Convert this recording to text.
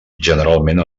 generalment